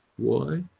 why?